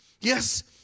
Yes